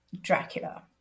Dracula